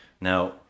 now